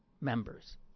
members